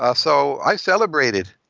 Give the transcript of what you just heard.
ah so i celebrated.